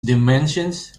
dimensions